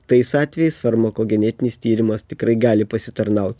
tais atvejais farmokogenetinis tyrimas tikrai gali pasitarnaut